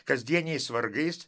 kasdieniais vargais